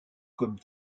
comme